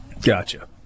Gotcha